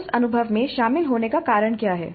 उस अनुभव में शामिल होने का कारण क्या है